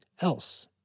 else